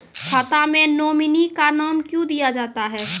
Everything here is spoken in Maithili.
खाता मे नोमिनी का नाम क्यो दिया जाता हैं?